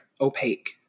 opaque